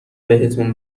بهتون